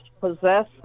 possess